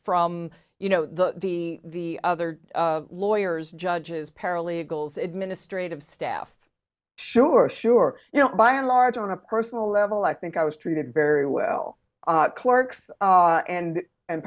from you know the the other lawyers judges paralegals administrative staff sure sure you know by and large on a personal level i think i was treated very well clerks and and